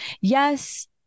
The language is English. Yes